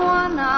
one